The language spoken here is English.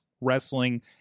wrestling